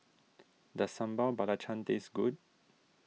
does Sambal Belacan taste good